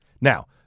Now